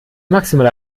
maximale